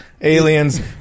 aliens